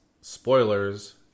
spoilers